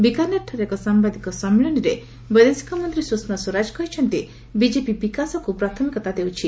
ବିକାନେରଠାରେ ଏକ ସାମ୍ଭାଦିକ ସମ୍ମିଳନୀରେ ବୈଦେଶିକ ମନ୍ତ୍ରୀ ସୁଷମା ସ୍ୱରାଜ କହିଛନ୍ତି ବିଜେପି ବିକାଶକୁ ପ୍ରାଥମିତା ଦେଉଛି